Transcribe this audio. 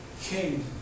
King